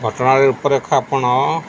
ଘଟଣା ରୂପରେଖ ଆପଣ